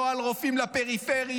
לא על רופאים לפריפריה,